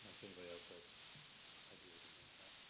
ah if anybody else has ideas about that.